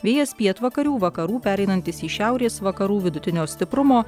vėjas pietvakarių vakarų pereinantis į šiaurės vakarų vidutinio stiprumo